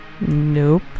Nope